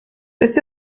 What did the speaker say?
beth